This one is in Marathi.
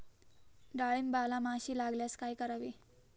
डाळींबाला माशी लागल्यास काय करावे?